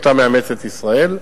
שאותה מאמצת ישראל.